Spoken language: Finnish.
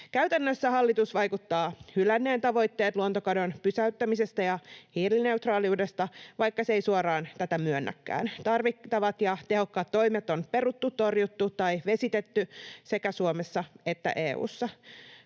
Käytännössä hallitus vaikuttaa hylänneen tavoitteet luontokadon pysäyttämisestä ja hiilineutraaliudesta, vaikka se ei suoraan tätä myönnäkään. Tarvittavat ja tehokkaat toimet on peruttu, torjuttu tai vesitetty sekä Suomessa että EU:ssa.